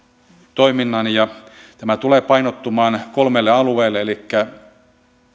toiminnan ja tämä tulee painottumaan kolmelle alueelle elikkä